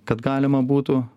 kad galima būtų